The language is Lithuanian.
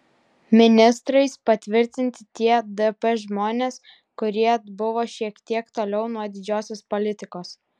ministrais patvirtinti tie dp žmonės kurie buvo šiek tiek toliau nuo didžiosios politikos